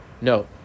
No